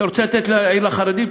אתה רוצה לתת עיר לחרדים?